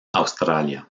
australia